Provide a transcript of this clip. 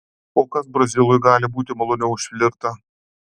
o kas brazilui gali būti maloniau už flirtą